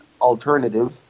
alternative